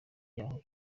yayo